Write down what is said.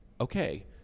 okay